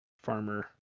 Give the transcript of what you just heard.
Farmer